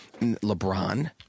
LeBron